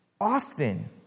often